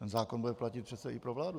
Ten zákon bude platit přece i pro vládu.